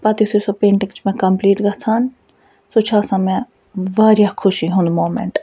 پتہٕ یُتھٕے سۄ پیٚنٹِنٛگ چھِ مےٚ کمپٕلیٖٹ گَژھان سۄ چھِ آسان مےٚ وارِیاہ خوشی ہُنٛد مومٮ۪نٛٹ